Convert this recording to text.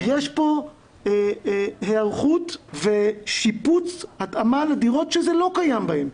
יש פה היערכות ושיפוץ התאמה לדירות שזה לא קיים בהן,